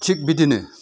थिग बिदिनो